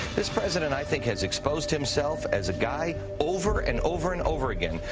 this president, i think, has exposed himself as a guy, over and over and over again,